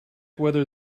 whether